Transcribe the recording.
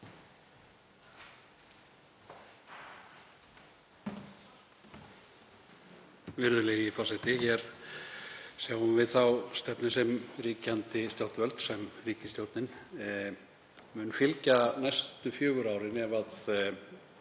Virðulegi forseti. Hér sjáum við þá stefnu sem ríkjandi stjórnvöld, ríkisstjórnin,